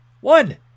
One